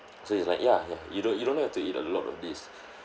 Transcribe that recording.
so he's like ya ya you don't you don't have to eat a lot of this